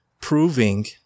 proving